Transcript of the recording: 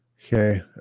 Okay